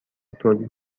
تولید